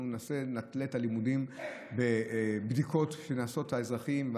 נתלה את הלימודים בבדיקות שנעשות לאזרחים,